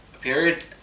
period